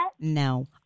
No